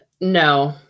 No